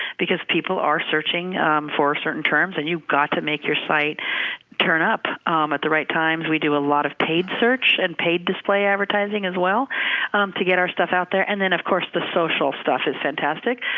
because people are searching for certain terms, so and you got to make your site turn up at the right times. we do a lot of paid search and paid display advertising as well to get our stuff out there, and then of course the social stuff is fantastic.